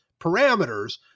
parameters